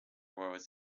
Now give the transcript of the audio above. was